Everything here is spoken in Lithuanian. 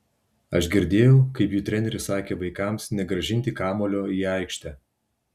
aš girdėjau kaip jų treneris sakė vaikams negrąžinti kamuolio į aikštę